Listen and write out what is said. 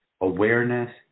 Awareness